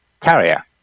carrier